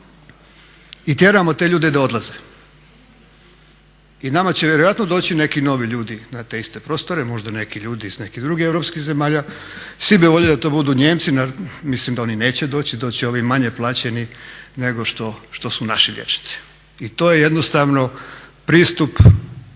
i tjeramo te ljude da odlaze. I nama će vjerojatno doći neki novi ljudi na te iste prostore, možda neki ljudi iz nekih drugih europskih zemalja, svi bi voljeli da to budu Nijemci, mislim da oni neće doći, doći će ovi manje plaćeni nego što su naši liječnici. I to je jednostavno pristup